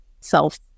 self